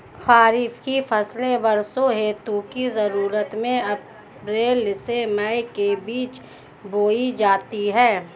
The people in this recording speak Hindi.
खरीफ की फसलें वर्षा ऋतु की शुरुआत में अप्रैल से मई के बीच बोई जाती हैं